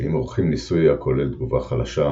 שאם עורכים ניסוי הכולל תגובה חלשה,